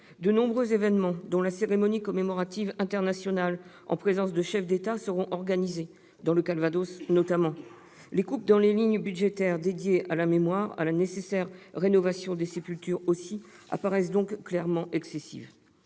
De nombreux événements, dont la cérémonie commémorative internationale en présence de chefs d'État, seront organisés, dans le Calvados notamment. Les coupes dans les lignes budgétaires dédiées à la mémoire ou à la nécessaire rénovation des sépultures apparaissent donc clairement excessives.